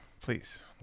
please